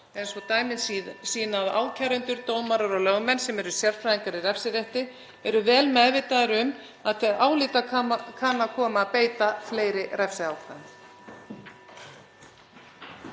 eins og dæmin sýna, að ákærendur, dómarar og lögmenn sem eru sérfræðingar í refsirétti eru vel meðvitaðir um að til álita kann að koma að beita fleiri refsiákvæðum.